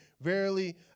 Verily